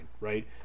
right